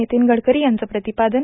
नितीन गडकरी यांचं प्रतिपादन